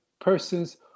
persons